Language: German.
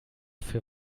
für